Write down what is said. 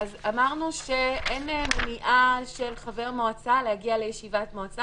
אמרנו שאין מניעה של חבר מועצה להגיע לישיבת מועצה,